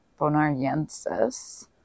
bonariensis